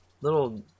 little